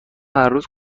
هرروز